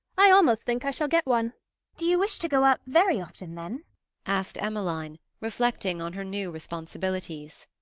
i almost think i shall get one do you wish to go up very often, then asked emmeline, reflecting on her new responsibilities.